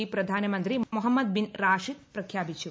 E പ്രധാനമന്ത്രി Mohammed bin Rashid പ്രഖ്യാപിച്ചു